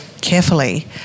carefully